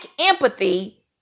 empathy